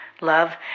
Love